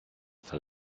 for